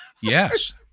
Yes